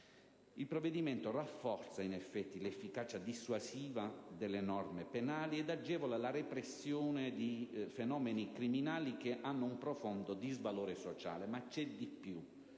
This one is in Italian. provvedimento. Quest'ultimo rafforza l'efficacia dissuasiva delle norme penali ed agevola la repressione di fenomeni criminali che hanno un profondo disvalore sociale. Ma c'è di più: